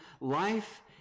Life